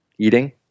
eating